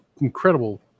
incredible